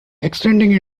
extending